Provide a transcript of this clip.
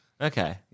Okay